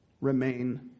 Remain